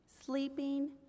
sleeping